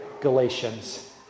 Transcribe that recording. Galatians